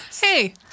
hey